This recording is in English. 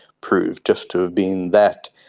proved just to have been that.